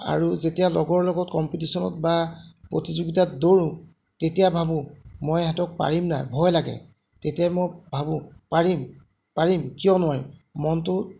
আৰু যেতিয়া লগৰ লগত কম্পিটিচনত বা প্ৰতিযোগিতাত দৌৰোঁ তেতিয়া ভাবোঁ মই এহেঁতক পাৰিম নাই ভয় লাগে তেতিয়া মই ভাবোঁ পাৰিম পাৰিম কিয় নোৱাৰিম মনটোক